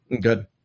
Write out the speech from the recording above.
Good